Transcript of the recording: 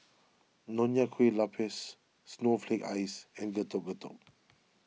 Nonya Kueh Lapis Snowflake Ice and Getuk Getuk